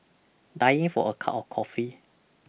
dying for a cup of coffee